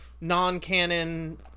non-canon